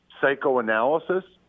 psychoanalysis